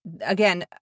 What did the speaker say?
again